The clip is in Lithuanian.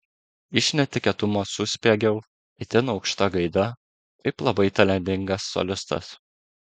iš netikėtumo suspiegiau itin aukšta gaida kaip labai talentingas solistas